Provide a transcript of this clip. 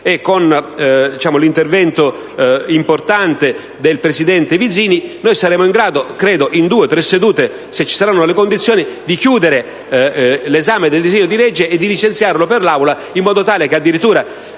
e con l'intervento importante del Presidente Vizzini, saremo in grado in poche sedute, se ci saranno le condizioni, di chiudere l'esame del disegno di legge e di licenziarlo per l'Aula in modo tale che -